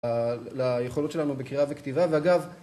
‫ליכולות שלנו בקריאה וכתיבה. ‫ואגב...